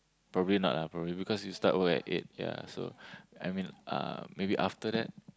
probably not lah probably because you start work at eight yea so I mean uh maybe after that